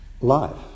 life